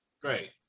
Great